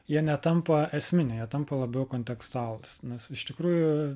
jie netampa esminiai jie tampa labiau kontekstualūs nors iš tikrųjų